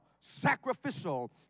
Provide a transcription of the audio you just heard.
sacrificial